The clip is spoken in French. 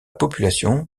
population